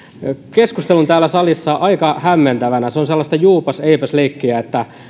keskustelun täällä salissa aika hämmentävänä se on sellaista juupas eipäs leikkiä että